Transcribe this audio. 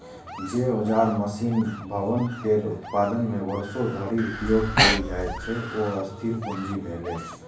जे औजार, मशीन, भवन केर उत्पादन मे वर्षों धरि उपयोग कैल जाइ छै, ओ स्थिर पूंजी भेलै